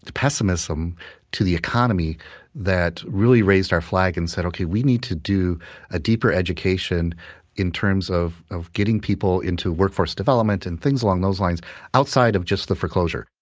pessimism to the economy that really raised our flag and said, ok, we need to do a deeper education in terms of of getting people into workforce development and things along those lines outside of just the foreclosure.